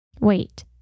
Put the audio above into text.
Wait